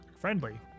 friendly